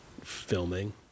filming